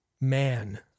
man